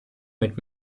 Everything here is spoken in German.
mit